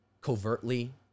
covertly